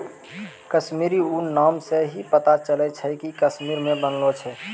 कश्मीरी ऊन नाम से ही पता चलै छै कि कश्मीर मे बनलो छै